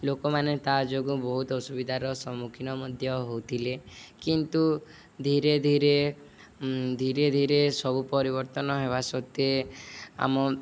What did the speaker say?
ଲୋକମାନେ ତା' ଯୋଗୁଁ ବହୁତ ଅସୁବିଧାର ସମ୍ମୁଖୀନ ମଧ୍ୟ ହେଉଥିଲେ କିନ୍ତୁ ଧୀରେ ଧୀରେ ଧୀରେ ଧୀରେ ସବୁ ପରିବର୍ତ୍ତନ ହେବା ସତ୍ତ୍ୱେ ଆମ